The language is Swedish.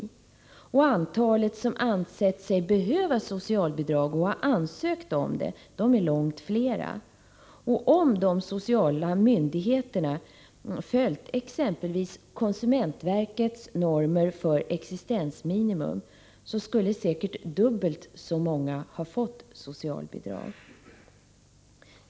Antalet personer som ansett sig behöva och som ansökt om stöd är långt fler. Om de sociala myndigheterna följt exempelvis konsumentverkets normer för existensminimum, skulle säkert dubbelt så många ha fått socialbidrag.